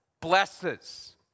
blesses